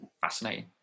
Fascinating